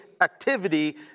activity